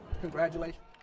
Congratulations